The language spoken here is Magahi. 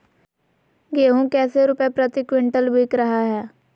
गेंहू कैसे रुपए प्रति क्विंटल बिक रहा है?